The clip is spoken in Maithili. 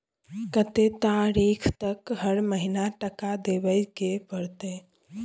कत्ते तारीख तक हर महीना टका देबै के परतै?